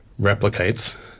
replicates